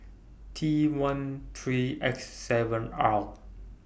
T one three X seven R